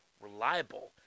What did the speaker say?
reliable